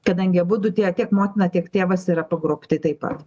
kadangi abudu tie tiek motina tiek tėvas yra pagrobti taip pat